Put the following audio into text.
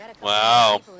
Wow